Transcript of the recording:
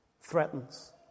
threatens